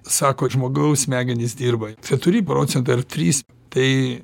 sako žmogaus smegenys dirba keturi procentai ar trys tai